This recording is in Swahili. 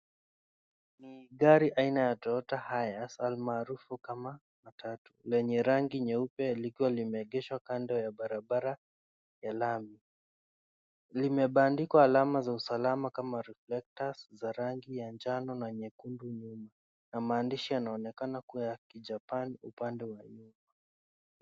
NI gari aina ya Toyota Hiace almarufu kama matatu yenye rangi nyeupe likiwa limeegeshwa kando ya barabara ya lami, limebandikwa alama za usalama kama Reflectors za rangi ya njano na nyekundu nyuma na maandishi yanaonekana kua ya kijapan upande wa nyuma.